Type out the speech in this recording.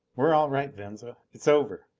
we're all right, venza. it's over.